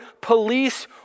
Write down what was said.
police